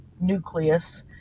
nucleus